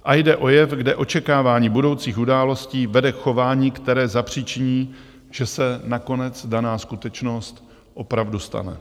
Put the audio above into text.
A jde o jev, kde očekávání budoucích událostí vede k chování, které zapříčiní, že se nakonec daná skutečnost opravdu stane.